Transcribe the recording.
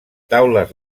taules